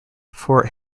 fort